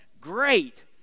Great